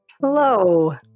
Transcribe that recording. Hello